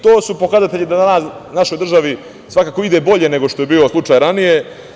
To su pokazatelji da našoj državi svakako ide bolje nego što je bio slučaj ranije.